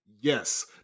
Yes